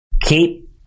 keep